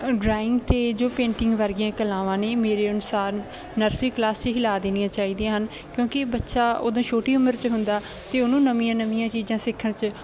drawing 'ਤੇ ਜੋ painting ਵਰਗੀਆਂ ਕਲਾਵਾਂ ਨੇ ਮੇਰੇ ਅਨੁਸਾਰ ਨਰਸਰੀ ਕਲਾਸ 'ਚ ਹੀ ਲਾ ਦੇਣੀਆ ਚਾਹੀਦੀਆਂ ਹਨ ਕਿਉਂਕਿ ਬੱਚਾ ਉਦੋਂ ਛੋਟੀ ਉਮਰ 'ਚ ਹੁੰਦਾ ਅਤੇ ਉਹਨੂੰ ਨਵੀਆਂ ਨਵੀਆਂ ਚੀਜ਼ਾਂ ਸਿੱਖਣ 'ਚ